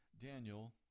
Daniel